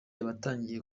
abatangiye